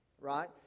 right